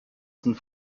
sind